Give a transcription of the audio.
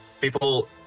people